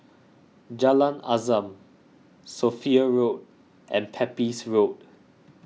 Jalan Azam Sophia Road and Pepys Road